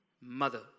Mother